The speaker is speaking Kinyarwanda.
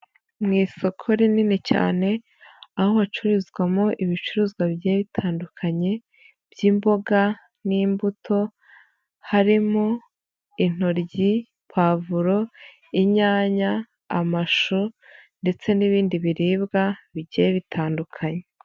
Mu isoko rinini cyane aho hacururizwamo ibicuruzwa bigiye bitandukanye by'imboga n'imbuto harimo intoryi, pavuro, inyanya, amashu ndetse n'ibindi biribwa bigiye bitandukanye.